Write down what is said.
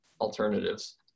alternatives